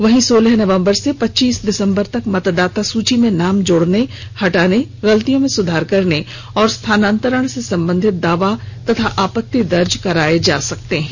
वहीं सोलह नवंबर से पच्चीस दिसंबर तक मतदाता सुची में नाम जोडने हटाने गलतियों में सुधार करने और स्थानांतरण से संबन्धित दावा अथवा आपत्ति दर्ज कराए जा सकते हैं